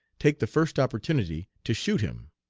take the first opportunity to shoot him